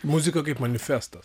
muzika kaip manifestas